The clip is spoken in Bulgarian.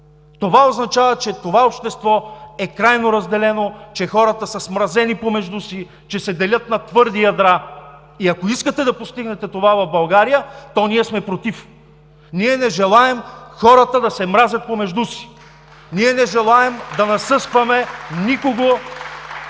Това означава, че това общество е крайно разделено, че хората са смразени помежду си, че се делят на твърди ядра. И ако искате да постигнете това в България, то ние сме против! Ние не желаем хората да се мразят помежду си. (Ръкопляскания от ГЕРБ.) Ние не желаем да насъскваме никого